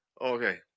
okay